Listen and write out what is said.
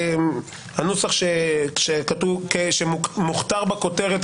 הנוסח שמוכתר בכותרת,